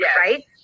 right